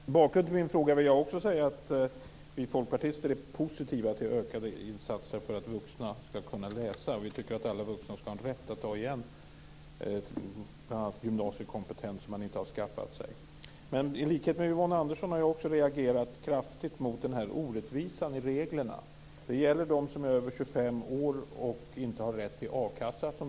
Fru talman! Som bakgrund till min fråga vill jag säga att också vi folkpartister är positiva till ökade insatser för att vuxna skall kunna läsa. Vi tycker att alla vuxna skall ha rätt att ta igen t.ex. gymnasiekompetens som man inte har skaffat sig. I likhet med Yvonne Andersson har jag reagerat kraftigt mot orättvisan i reglerna. Det gäller dem som är över 25 år och inte har rätt till a-kassa.